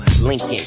Lincoln